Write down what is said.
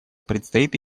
предстоит